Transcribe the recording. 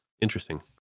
interesting